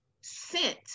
sent